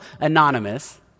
Anonymous